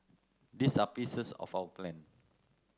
these are pieces of our plan